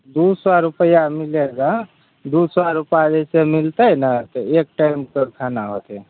दू सए रूपैआ मिलेगा दू सए रूपैआ जैसे मिलतै ने तऽ एक टाइमके खाना होयतै